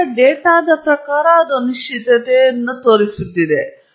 ಅದು ಡೇಟಾ ವಿಶ್ಲೇಷಣೆಯ ಒಂದು ಪ್ರಮುಖ ಭಾಗವಾಗಿದೆ